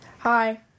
Hi